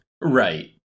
Right